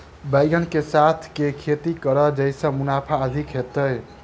बैंगन कऽ साथ केँ खेती करब जयसँ मुनाफा अधिक हेतइ?